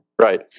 Right